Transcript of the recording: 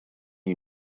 you